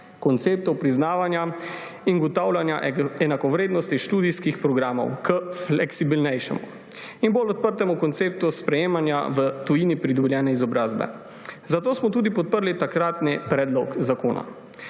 konceptov priznavanja in ugotavljanja enakovrednosti študijskih programov k fleksibilnejšemu in bolj odprtemu konceptu sprejemanja v tujini pridobljene izobrazbe. Zato smo tudi podprli takratni predlog zakona.